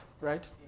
right